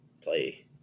play